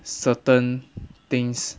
certain things